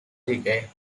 decay